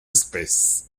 espèces